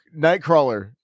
nightcrawler